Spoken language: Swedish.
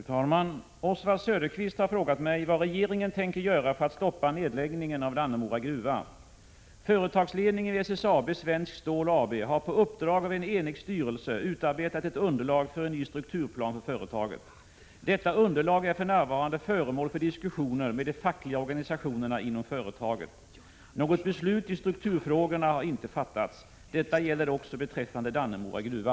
Fru talman! Oswald Söderqvist har frågat mig vad regeringen tänker göra för att stoppa nedläggningen av Dannemora gruva. Företagsledningen vid SSAB, Svenskt Stål AB, har på uppdrag av en enig styrelse utarbetat ett underlag för en ny strukturplan för företaget. Detta underlag är för närvarande föremål för diskussioner med de fackliga organisationerna inom företaget. Något beslut i strukturfrågorna har inte fattats. Detta gäller också beträffande Dannemora gruva.